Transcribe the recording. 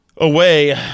away